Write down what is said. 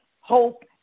hope